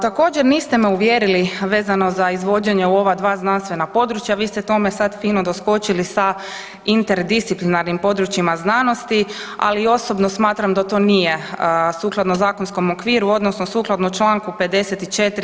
Također niste me uvjerili vezano za izvođenje u dva znanstvena područja, vi ste tome sad fino doskočili sa interdisciplinarnim područjima znanosti, ali osobno smatram da to nije sukladno zakonskom okviru odnosno sukladno čl. 54.